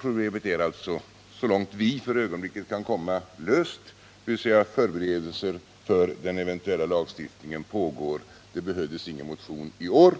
Problemet är alltså, så långt vi för ögonblicket kan komma, löst. Förberedelser för den eventuella lagstiftningen pågår. Det behövdes ingen motion i år.